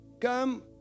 Come